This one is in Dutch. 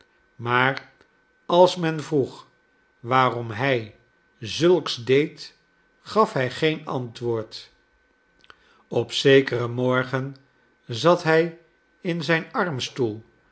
maar als men vroeg waarom hij zulks deed gaf hij geen antwoord op zekeren morgen zat hij in zijn armstoel